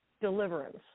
deliverance